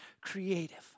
creative